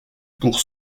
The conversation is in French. pour